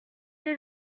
des